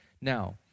Now